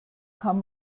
kann